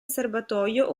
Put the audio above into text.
serbatoio